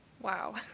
Wow